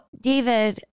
David